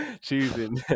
Choosing